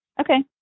Okay